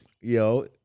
yo